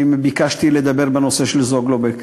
אני ביקשתי לדבר בנושא של "זוגלובק".